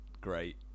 great